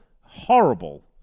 horrible